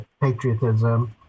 patriotism